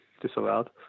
disallowed